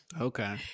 okay